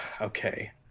okay